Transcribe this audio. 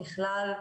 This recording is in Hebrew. ככלל,